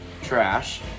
trash